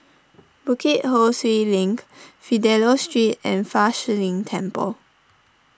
Bukit Ho Swee Link Fidelio Street and Fa Shi Lin Temple